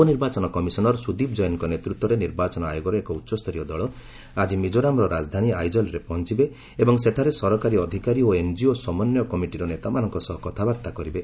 ଉପନିର୍ବାଚନ କମିଶନର୍ ସୁଦୀପ୍ ଜୈନଙ୍କ ନେତୃତ୍ୱରେ ନିର୍ବାଚନ ଆୟୋଗର ଏକ ଉଚ୍ଚସ୍ତରୀୟ ଦଳ ଆଜି ମିକୋରାମ୍ର ରାଜଧାନୀ ଆଇଜଲ୍ରେ ପହଞ୍ଚବେ ଏବଂ ସେଠାରେ ସରକାରୀ ଅଧିକାରୀ ଓ ଏନ୍କିଓ ସମନ୍ୱୟ କମିଟିର ନେତାମାନଙ୍କ ସହ କଥାବାର୍ତ୍ତା କରିବେ